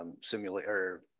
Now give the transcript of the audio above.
simulator